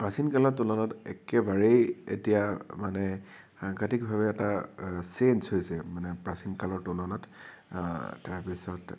প্ৰাচীন কালত তুলনাত একেবাৰেই এতিয়া মানে সাংঘাতিকভাৱে এটা ছেইঞ্জ হৈছে মানে প্ৰাচীন কালৰ তুলনাত তাৰপিছত